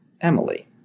Emily